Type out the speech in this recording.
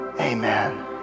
Amen